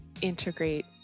integrate